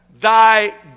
thy